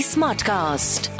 Smartcast